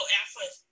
effort